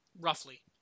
Roughly